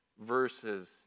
verses